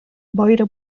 boira